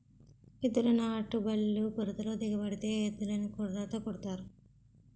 ఎద్దుల నాటుబల్లు బురదలో దిగబడితే ఎద్దులని కొరడాతో కొడతారు